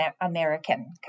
American